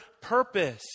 purpose